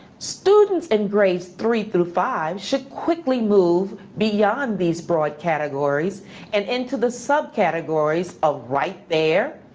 students in grades three through five should quickly move beyond these broad categories and into the sub-categories of right there,